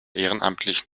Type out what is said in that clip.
ehrenamtlichen